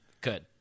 good